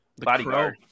Bodyguard